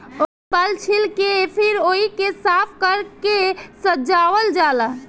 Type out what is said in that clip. ओकर बाल छील के फिर ओइके साफ कर के सजावल जाला